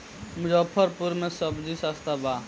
मुजफ्फरपुर में सबजी सस्ता बा